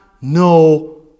no